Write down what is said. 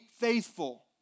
faithful